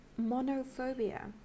monophobia